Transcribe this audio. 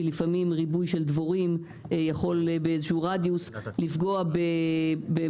כי לפעמים ריבוי של דבורים יכול באיזה שהוא רדיוס לפגוע --- הנה,